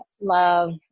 love